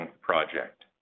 project